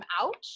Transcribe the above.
out